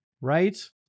right